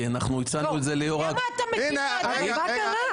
כי אנחנו הצענו את זה --- למה אתה מקים ועדה --- מה קרה?